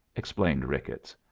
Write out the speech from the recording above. explained ricketts.